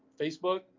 Facebook